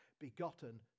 begotten